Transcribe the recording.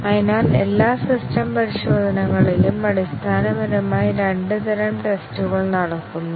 അതിനാൽ എല്ലാ സിസ്റ്റം പരിശോധനകളിലും അടിസ്ഥാനപരമായി രണ്ട് തരം ടെസ്റ്റുകൾ നടക്കുന്നു